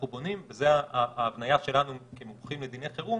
אנחנו בונים זו ההבניה שלנו כמומחים לדיני חירום